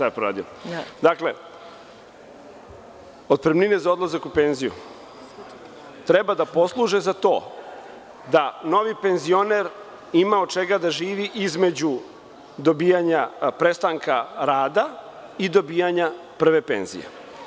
Dakle, otpremnine za odlazak u penziju treba da posluže za to da novi penzioner ima od čega da živi između prestanka rada i dobijanja prve penzije.